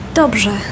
dobrze